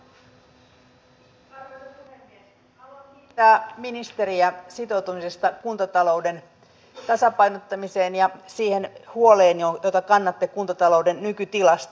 haluan kiittää ministeriä sitoutumisesta kuntatalouden tasapainottamiseen ja siitä huolesta jota kannatte kuntatalouden nykytilasta